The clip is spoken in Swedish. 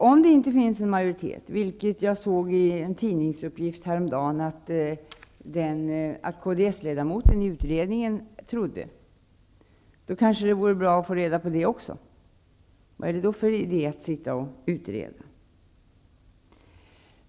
Om det inte finns en majoritet, vilket jag såg i en tidningsuppgift härom dagen att kds-ledamoten i utredningen trodde, kanske det vore bra att få reda på det också. Vad är det då för idé att sitta och utreda?